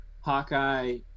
hawkeye